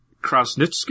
Krasnitsky